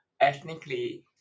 ethnically